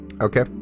Okay